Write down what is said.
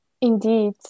Indeed